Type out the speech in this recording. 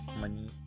money